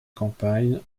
campagne